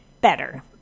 better